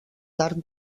tard